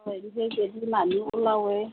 অঁ যদি মানুহ ওলাৱেই